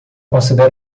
considera